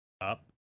up